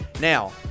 Now